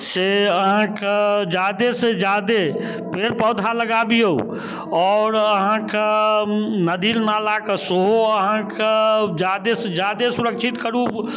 से अहाँके जादेसँ जादे पेड़ पौधा लगाबिऔ आओर अहाँके नदी नालाके सेहो अहाँके जादेसँ जादे सुरक्षित करू